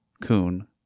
Coon